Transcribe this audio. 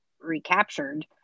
recaptured